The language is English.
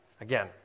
Again